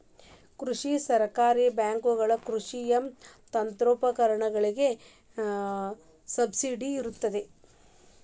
ಕೃಷಿ ಸಹಕಾರಿ ಬ್ಯಾಂಕುಗಳ ಕೃಷಿ ಯಂತ್ರೋಪಕರಣಗಳಿಗೆ ಸಬ್ಸಿಡಿ ನಿಡುತ್ತವೆ